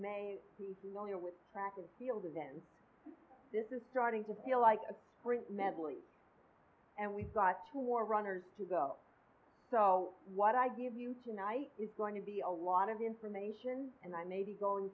may be familiar with track and field events this is starting to feel like a sprint medley and we've got two more runners to go so what i give you tonight is going to be a lot of information and i may be going